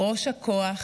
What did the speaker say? בראש הכוח,